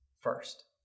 first